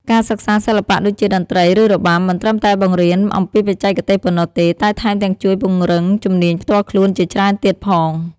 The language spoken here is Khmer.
ការសិក្សាសិល្បៈដូចជា តន្ត្រី ឬរបាំ មិនត្រឹមតែបង្រៀនអំពីបច្ចេកទេសប៉ុណ្ណោះទេ តែថែមទាំងជួយពង្រឹងជំនាញផ្ទាល់ខ្លួនជាច្រើនទៀតផង។